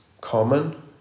common